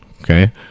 Okay